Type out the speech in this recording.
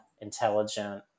intelligent